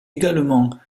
également